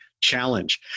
Challenge